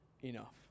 enough